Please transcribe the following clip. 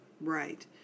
right